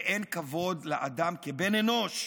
ואין כבוד לאדם כבן אנוש.